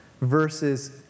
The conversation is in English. versus